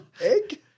Egg